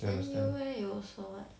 then you eh you also what